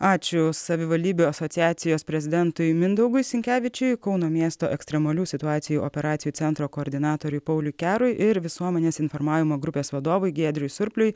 ačiū savivaldybių asociacijos prezidentui mindaugui sinkevičiui kauno miesto ekstremalių situacijų operacijų centro koordinatoriui pauliui kerui ir visuomenės informavimo grupės vadovui giedriui surpliui